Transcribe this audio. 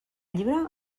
llibre